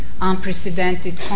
unprecedented